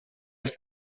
els